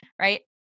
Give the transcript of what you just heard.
right